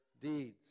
deeds